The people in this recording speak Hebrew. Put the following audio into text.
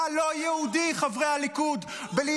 מה לא יהודי, חברי הליכוד, מיעוט שבמיעוט.